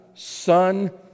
Son